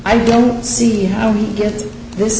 i don't see how he gets this